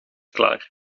klaar